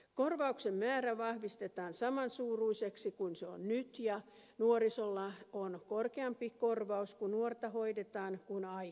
korvauksen määrä vahvistetaan samansuuruiseksi kuin se on nyt ja nuorisolla on korkeampi korvaus kun nuorta hoidetaan kuin aikuisilla